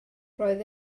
roedd